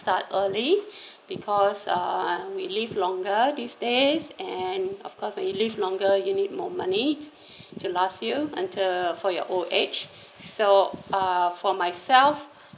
start early because uh we live longer these days and of course when we live longer you need more money to last you until for your old age so uh for myself